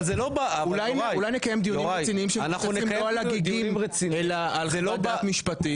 אולי נקיים דיונים רציניים על חוות דעת משפטית.